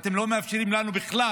אתם לא מאפשרים לנו בכלל